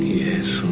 yes